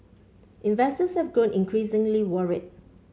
investors have grown increasingly worried